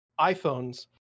iPhones